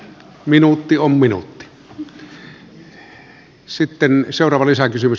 ministeri gustafsson minuutti on minuutti